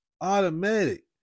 Automatic